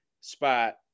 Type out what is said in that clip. spot